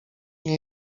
nie